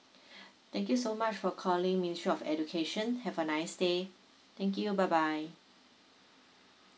thank you so much for calling ministry of education have a nice day thank you bye bye